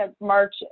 march